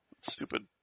stupid